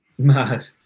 Mad